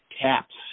caps